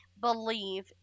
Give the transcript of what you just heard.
believe